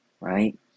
right